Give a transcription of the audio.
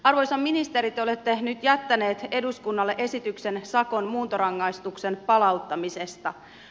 arvoisa ministeri te olette nyt jättänyt eduskunnalle esityksen sakon muuntorangaistuksen palauttamisesta